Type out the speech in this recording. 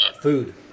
food